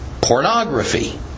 pornography